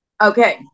okay